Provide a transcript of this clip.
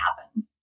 happen